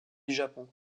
japon